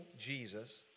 Jesus